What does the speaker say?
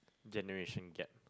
generation gap